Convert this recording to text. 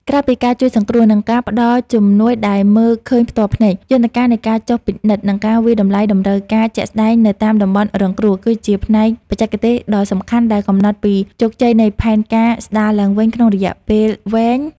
ក្រៅពីការជួយសង្គ្រោះ និងការផ្តល់ជំនួយដែលមើលឃើញផ្ទាល់ភ្នែក យន្តការនៃការចុះពិនិត្យ និងការវាយតម្លៃតម្រូវការជាក់ស្តែងនៅតាមតំបន់រងគ្រោះ គឺជាផ្នែកបច្ចេកទេសដ៏សំខាន់ដែលកំណត់ពីជោគជ័យនៃផែនការស្តារឡើងវិញក្នុងរយៈពេលវែង។